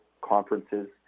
conferences